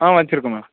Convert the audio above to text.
ஆ வச்சுருக்கோம் மேம்